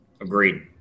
Agreed